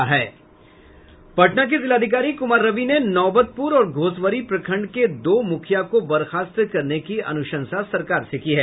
पटना के जिलाधिकारी कुमार रवि ने नौबतपुर और घोसवरी प्रखंड के दो मुखिया को बर्खास्त करने की अनुशंसा सरकार से की है